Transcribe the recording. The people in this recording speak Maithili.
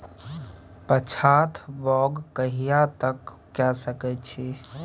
पछात बौग कहिया तक के सकै छी?